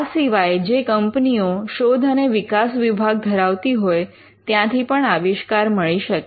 આ સિવાય જે કંપનીઓ શોધ અને વિકાસ વિભાગ ધરાવતી હોય ત્યાંથી પણ આવિષ્કાર મળી શકે